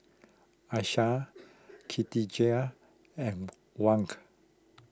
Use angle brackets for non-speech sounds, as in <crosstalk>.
Aishah <noise> Katijah and Wank